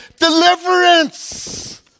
Deliverance